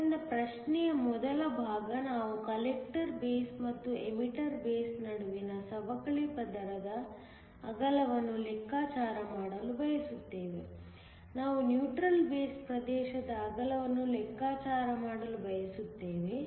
ಆದ್ದರಿಂದ ಪ್ರಶ್ನೆಯ ಮೊದಲ ಭಾಗ ನಾವು ಕಲೆಕ್ಟರ್ ಬೇಸ್ ಮತ್ತು ಎಮಿಟರ್ ಬೇಸ್ ನಡುವಿನ ಸವಕಳಿ ಪದರದ ಅಗಲವನ್ನು ಲೆಕ್ಕಾಚಾರ ಮಾಡಲು ಬಯಸುತ್ತೇವೆ ನಾವು ನ್ಯೂಟ್ರಲ್ ಬೇಸ್ ಪ್ರದೇಶದ ಅಗಲವನ್ನು ಲೆಕ್ಕಾಚಾರ ಮಾಡಲು ಬಯಸುತ್ತೇವೆ